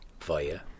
Via